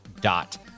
Dot